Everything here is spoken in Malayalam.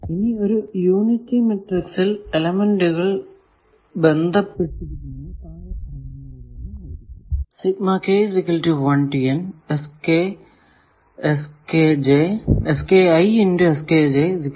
ഇനി ഒരു യൂണിറ്ററി മാട്രിക്സിൽ എലെമെന്റുകൾ ബന്ധപ്പെട്ടിരിക്കുന്നതു താഴെ പറയുന്നത് പോലെ ആയിരിക്കും